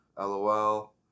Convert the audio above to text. LOL